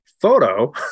photo